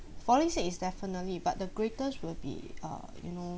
falling sick is definitely but the greatest will be uh you know